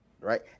right